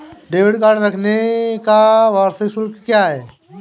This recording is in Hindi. डेबिट कार्ड रखने का वार्षिक शुल्क क्या है?